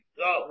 go